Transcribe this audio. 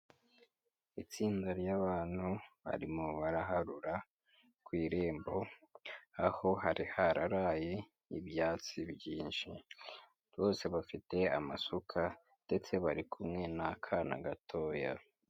Itsinda ry'abantu barimo baraharura ku irembo, aho hari hararaye ibyatsi byinshi rwose, bafite amasuka ndetse bari kumwe n'akana gatoya.